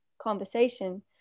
conversation